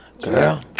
Girl